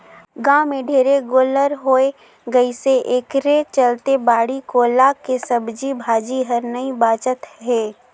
गाँव में ढेरे गोल्लर होय गइसे एखरे चलते बाड़ी कोला के सब्जी भाजी हर नइ बाचत हे